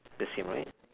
the same right